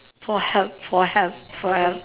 for help for help for help